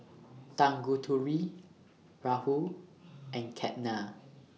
Tanguturi Rahul and Ketna